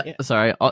Sorry